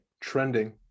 trending